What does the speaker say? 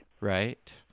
Right